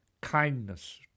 kindness